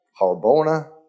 Harbona